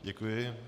Děkuji.